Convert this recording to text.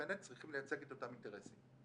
הבוחנת צריכים לייצג את אותם אינטרסים.